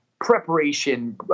Preparation